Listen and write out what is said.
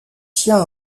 siens